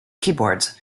keyboards